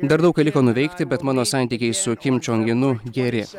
dar daug ką liko nuveikti bet mano santykiai su kim čiong inu geri